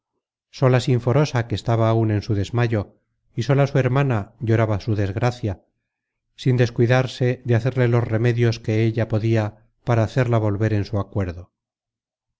maestros sola sinforosa se estaba aún en su desmayo y sola su hermana lloraba su desgracia sin descuidarse de hacerle los remedios que ella podia para hacerla volver en su acuerdo